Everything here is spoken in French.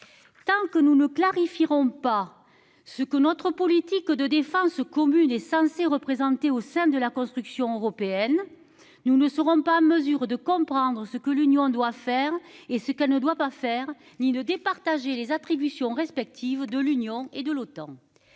Tant que nous ne clarifie rompe pas ce que notre politique de défense commune est censée représenter au sein de la construction européenne. Nous ne serons pas en mesure de comprendre ce que l'Union doit faire et ce qu'elle ne doit pas faire ni de départager les attributions respectives de l'Union et de l'OTAN.